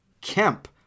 Kemp